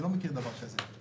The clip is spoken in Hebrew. אני לא מכיר דבר כזה.